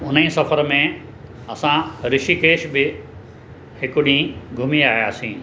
हुन ई सफ़र में असां ऋषिकेश बि हिकु ॾींहुं घुमीं आयासीं